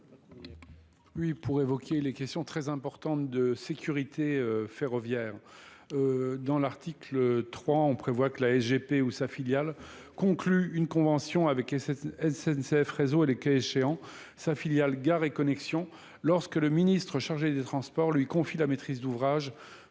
oui pour évoquer les questions très importantes de sécurité ferroviaire dans l'article trois on prévoit que la g p ou sa filiale conclut une conventions avec N C F Réseau et les cas échéants sa filiale, Gare et Connexion, lorsque le ministre chargé des transports lui confie la maîtrise d'ouvrage